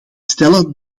stellen